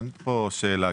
אין פה שאלה.